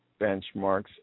benchmarks